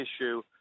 issue